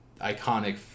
iconic